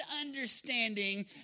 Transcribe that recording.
understanding